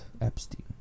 Epstein